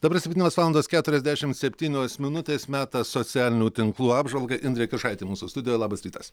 dabar septynios valandos keturiasdešimt septynios minutės metas socialinių tinklų apžvalgai indrė kiršaitė mūsų studijoje labas rytas